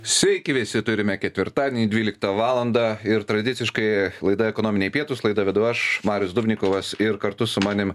sveiki visi turime ketvirtadienį dvyliktą valandą ir tradiciškai laida ekonominiai pietūs laidą vedu aš marius dubnikovas ir kartu su manim